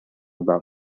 about